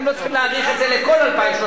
הם לא צריכים להאריך את זה לכל 2013,